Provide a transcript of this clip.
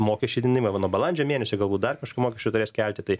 mokesčių didinimą va nuo balandžio mėnesio galbūt dar mokesčių turės kelti tai